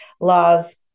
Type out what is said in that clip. laws